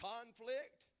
Conflict